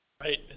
Right